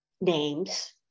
names